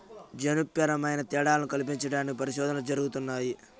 జన్యుపరమైన తేడాలను కల్పించడానికి పరిశోధనలు జరుగుతున్నాయి